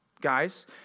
guys